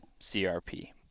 CRP